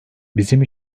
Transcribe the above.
bizim